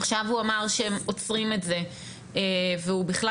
עכשיו הוא אמר שהם עוצרים את זה והוא בכלל